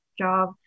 job